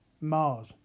Mars